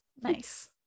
nice